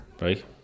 Right